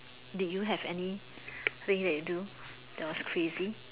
did you have anything that you do that was crazy